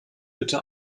bitte